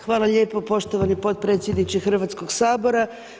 Hvala lijepo poštovani potpredsjedniče Hrvatskoga sabora.